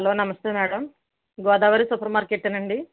hello నమస్తే madam Godavari super మార్కెటేనా అండి